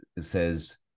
says